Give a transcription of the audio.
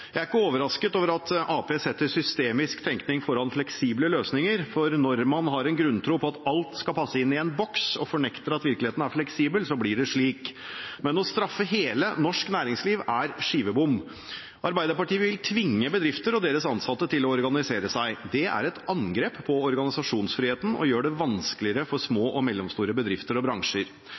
Jeg er ikke overrasket over at Arbeiderpartiet setter systemisk tenkning foran fleksible løsninger, for når man har en grunntro på at alt skal passe inn i en boks og fornekter at virkeligheten er fleksibel, blir det slik. Men å straffe hele det norske næringslivet er skivebom. Arbeiderpartiet vil tvinge bedrifter og deres ansatte til å organisere seg. Det er et angrep på organisasjonsfriheten og gjør det vanskeligere for små og mellomstore bedrifter og bransjer.